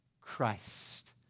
Christ